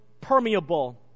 permeable